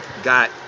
got